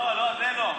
לא, זה לא.